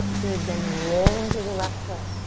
good, then rolling through the left foot.